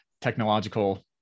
technological